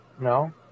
no